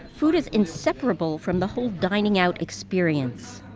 food is inseparable from the whole dining-out experience.